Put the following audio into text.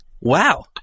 wow